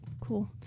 cool